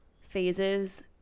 phases